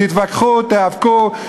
תתווכחו, תיאבקו.